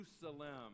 Jerusalem